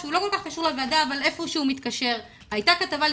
שהוא לא כל כך קשור לוועדה אבל איכשהו מתקשר הייתה כתבה לא